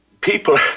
people